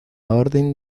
orden